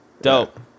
dope